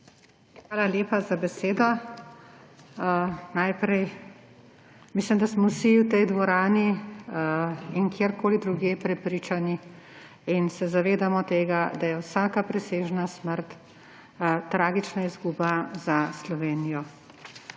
Hvala lepa za besedo. Najprej mislim, da smo vsi v tej dvorani in kjerkoli drugje prepričani in se zavedamo tega, da je vsaka presežna smrt tragična izguba za Slovenijo.